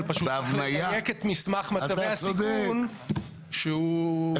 אבל צריך לדייק את מסמך מצבי הסיכון שהוא --- אתה צודק,